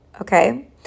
okay